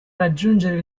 raggiungere